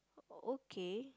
okay